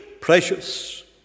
precious